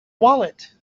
wallet